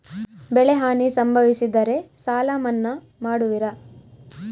ಬೆಳೆಹಾನಿ ಸಂಭವಿಸಿದರೆ ಸಾಲ ಮನ್ನಾ ಮಾಡುವಿರ?